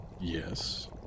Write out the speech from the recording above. Yes